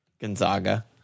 Gonzaga